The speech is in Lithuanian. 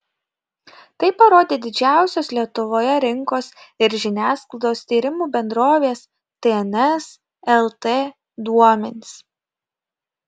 tai parodė didžiausios lietuvoje rinkos ir žiniasklaidos tyrimų bendrovės tns lt duomenys